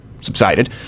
subsided